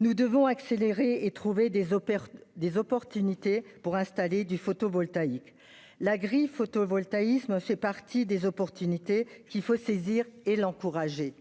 Nous devons accélérer et trouver des possibilités d'installer du photovoltaïque. L'agrivoltaïsme fait partie des solutions qu'il faut saisir et encourager.